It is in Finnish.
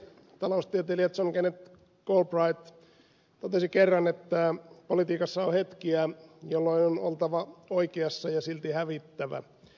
taloustieteilijä john kenneth galbraith totesi kerran että politiikassa on hetkiä jolloin on oltava oikeassa ja silti hävittävä